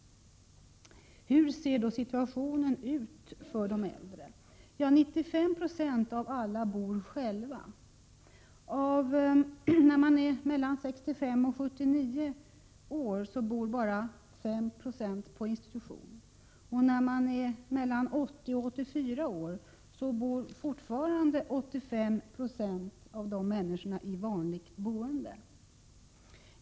Hur ser då situationen ut för de äldre? 95 96 av alla bor ensamma. Av dem som är mellan 65 och 79 år bor bara 5 96 på institution, och av dem som är mellan 80 och 84 år bor 85 96 fortfarande i vanligt boende.